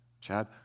Chad